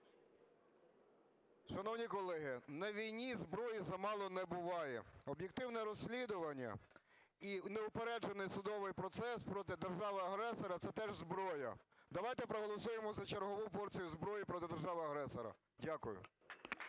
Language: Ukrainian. Шановні колеги, на війні зброї замало не буває. Об'єктивне розслідування і неупереджений судовий процес проти держави-агресора – це теж зброя. Давайте проголосуємо за чергову порцію зброї проти держави-агресора. Дякую.